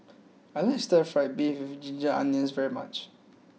I like Stir Fry Beef with Ginger Onions very much